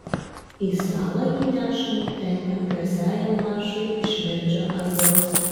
į stalą jį nešame trenkiant garsiajam maršui iš verdžio aidos